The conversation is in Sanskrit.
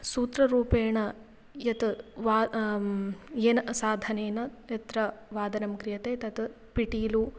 सूत्ररूपेण यत् वा येन साधनेन यत्र वादनं क्रियते तत् पिटीलु